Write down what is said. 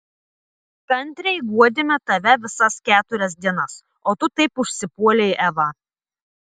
kantriai guodėme tave visas keturias dienas o tu taip užsipuolei evą